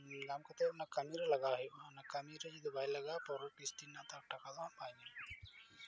ᱧᱟᱢ ᱠᱟᱛᱮᱫ ᱚᱱᱟ ᱠᱟᱹᱢᱤᱨᱮ ᱞᱟᱜᱟᱣ ᱦᱩᱭᱩᱜᱼᱟ ᱟᱨ ᱚᱱᱟ ᱠᱟᱹᱢᱤᱨᱮ ᱡᱩᱫᱤ ᱵᱟᱭ ᱞᱟᱜᱟᱣᱟ ᱯᱚᱨᱮᱨ ᱠᱤᱥᱛᱤ ᱨᱮᱱᱟᱜ ᱫᱚ ᱴᱟᱠᱟ ᱫᱚ ᱵᱟᱭ ᱧᱟᱢᱟ